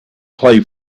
play